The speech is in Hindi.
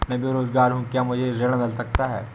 मैं बेरोजगार हूँ क्या मुझे ऋण मिल सकता है?